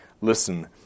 listen